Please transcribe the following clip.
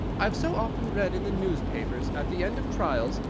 i've so often read in the newspapers, at the end of trials,